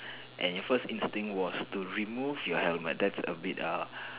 and your first instinct was to remove your helmet that's a bit uh